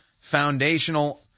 Foundational